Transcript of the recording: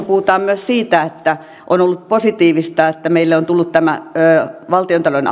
puhutaan myös siitä että on ollut positiivista että meille on tullut tämä valtiontalouden